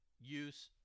use